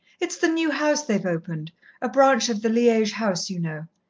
it's the new house they've opened a branch of the liege house, you know.